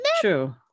True